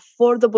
affordable